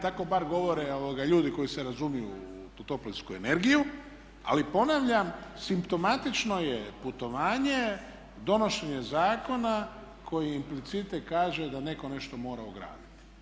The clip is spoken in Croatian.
Tako bar govore ljudi koji se razumiju u toplinsku energiju, ali ponavljam simptomatično je putovanje, donošenje zakona koji implicite kaže da netko nešto mora ugraditi.